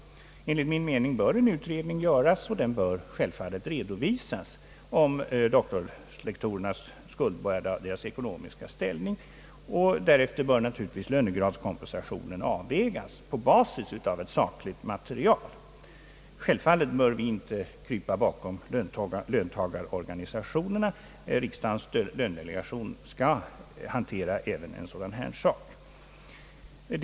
Enligt min mening bör en utredning om doktorslektorernas skuldbörda och deras ekonomiska ställning göras och den bör självfallet redovisas, och därefter bör lönekompensationen avvägas på basis av ett sakligt material. Självfallet bör vi inte krypa bakom löntagarorganisationerna. Riksdagens lönedelegation skall handlägga även en sådan sak som denna.